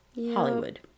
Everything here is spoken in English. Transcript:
Hollywood